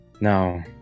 Now